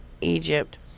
Egypt